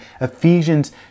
Ephesians